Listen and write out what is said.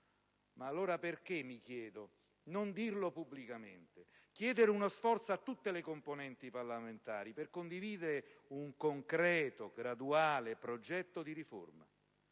Ma allora perché - mi chiedo - non dirlo pubblicamente? Chiedere uno sforzo a tutte le componenti parlamentari per condividere un concreto, graduale progetto di riforma.